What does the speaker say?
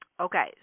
Okay